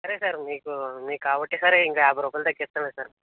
సరే సార్ మీకు మీకు కాబట్టి సరే ఇంకో యాభై రూపాయలు తగ్గిస్తున్నాను సార్